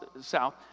south